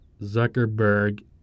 Zuckerberg